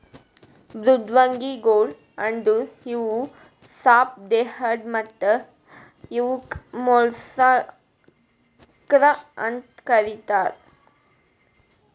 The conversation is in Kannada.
ಮೃದ್ವಂಗಿಗೊಳ್ ಅಂದುರ್ ಇವು ಸಾಪ್ ದೇಹದ್ ಮತ್ತ ಇವುಕ್ ಮೊಲಸ್ಕಾ ಅಂತ್ ಕರಿತಾರ್